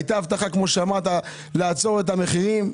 הייתה הבטחה, כמו שאמרת, לעצור את המחירים.